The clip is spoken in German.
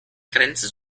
grenze